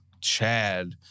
Chad